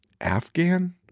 Afghan